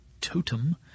TOTEM